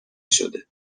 شده